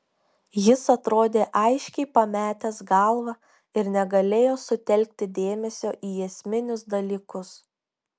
jis atrodė aiškiai pametęs galvą ir negalėjo sutelkti dėmesio į esminius dalykus